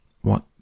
What